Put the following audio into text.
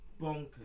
bonkers